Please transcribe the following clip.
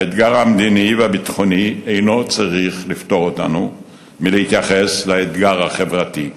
האתגר המדיני והביטחוני אינו צריך לפטור אותנו מלהתייחס לאתגר החברתי.